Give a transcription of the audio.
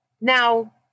Now